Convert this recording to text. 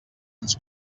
ens